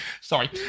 Sorry